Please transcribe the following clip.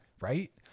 right